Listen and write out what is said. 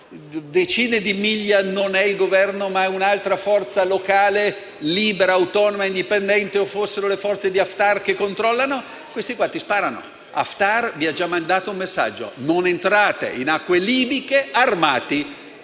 decine di migliaia non fosse il Governo, ma un'altra forza locale, libera, autonoma, indipendente; o se fossero le forze di Haftar a controllare quello spazio, questi sparerebbero. Haftar vi già mandato un messaggio: «non entrate in acque libiche armati».